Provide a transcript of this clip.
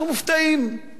קמים בבוקר,